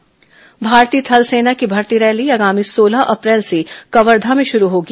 थल सेना भर्ती रैली भारतीय थल सेना की भर्ती रैली आगामी सोलह अप्रैल से कवर्धा में शुरू होगी